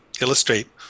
illustrate